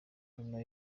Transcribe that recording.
nyuma